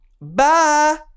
Bye